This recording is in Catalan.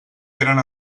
tenen